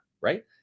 right